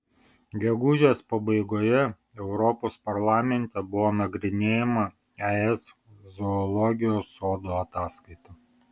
gegužės pabaigoje europos parlamente buvo nagrinėjama es zoologijos sodų ataskaita